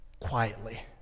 Quietly